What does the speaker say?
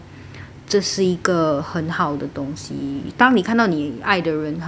这是一个很好的东西当你看到你爱的人很